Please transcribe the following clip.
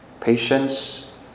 patience